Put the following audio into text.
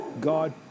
God